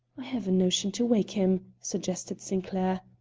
i have a notion to wake him, suggested sinclair.